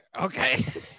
Okay